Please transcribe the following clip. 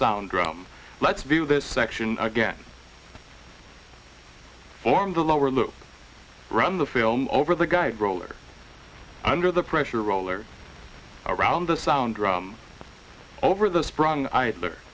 sound drum let's view this section again form the lower loop run the film over the guide roller under the pressure roller around the sound drum over th